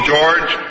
George